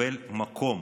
לקבל מקום.